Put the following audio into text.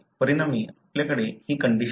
परिणामी आपल्याकडे ही कंडिशन आहे